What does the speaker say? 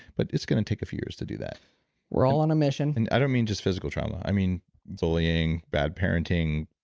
but it's going to take a few years to do that we're all on a mission and i don't mean just physical trauma. i mean bullying, bad parenting,